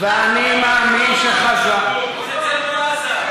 ואני מאמין, בעזה.